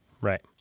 Right